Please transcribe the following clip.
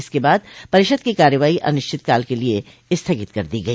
इसके बाद परिषद की कार्रवाई अनिश्चितकाल के लिये स्थगित कर दी गई